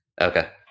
Okay